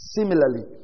Similarly